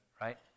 right